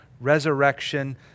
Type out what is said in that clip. resurrection